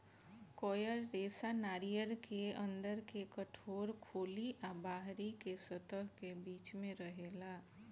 coir रेशा नारियर के अंदर के कठोर खोली आ बाहरी के सतह के बीच में रहेला